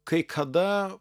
kai kada